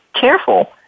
careful